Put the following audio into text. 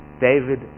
David